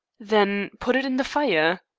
then put it in the fire.